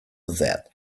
that